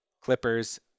Clippers